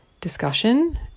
discussion